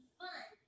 fun